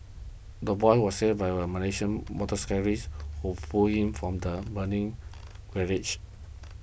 the boy was saved by a Malaysian motorcyclist who pulled him from the burning wreckage